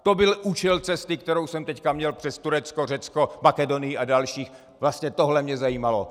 To byl účel cesty, kterou jsem teď měl přes Turecko, Řecko, Makedonii a další, vlastně tohle mě zajímalo.